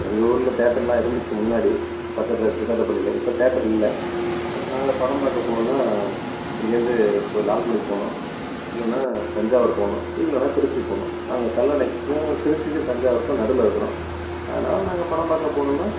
எங்கள் ஊரில் தேட்டர்லாம் இருந்துச்சு முன்னாடி பக்கத்தில் திருக்காட்டுப்பள்ளியில் இப்போ தேட்டர் இல்லை இப்போ நாங்கள் படம் பார்க்க போகணுன்னா இங்கேருந்து இப்போ லால்குடி போகணும் இல்லைன்னா தஞ்சாவூர் போகணும் இல்லைன்னா திருச்சி போகணும் அங்கே கல்லணைக்கும் திருச்சிக்கு தஞ்சாவூருக்கும் நடுவில் இருக்கிறோம் அதனால் நாங்கள் படம் பார்க்க போகணுன்னா